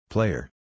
Player